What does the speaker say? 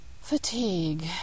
fatigue